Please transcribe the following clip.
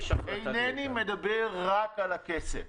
אינני מדבר רק על הכסף.